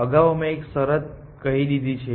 અગાઉ અમે એક શરત કહી દીધી છે